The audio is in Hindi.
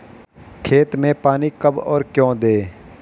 खेत में पानी कब और क्यों दें?